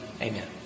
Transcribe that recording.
amen